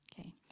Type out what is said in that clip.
okay